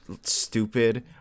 stupid